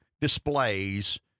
displays